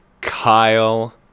kyle